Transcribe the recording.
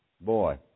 Boy